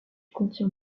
contient